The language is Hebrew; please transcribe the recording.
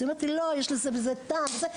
אז היא אומרת לי לא יש לזה טעם וזה,